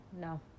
no